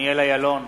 דניאל אילון,